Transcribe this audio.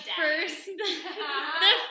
first